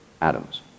atoms